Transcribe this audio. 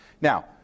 Now